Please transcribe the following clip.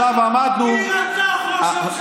מי רצח ראש ממשלה במדינת ישראל?